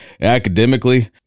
academically